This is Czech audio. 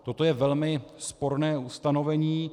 Toto je velmi sporné ustanovení.